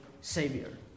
Savior